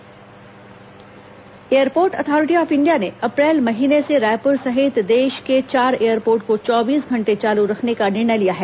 airport संचालन airport authority of India ने अप्रैल महीने से रायपुर सहित देश के चार एयरपोर्ट को चौबीस घंटे चालू रखने का निर्णय लिया है